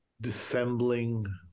dissembling